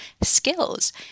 skills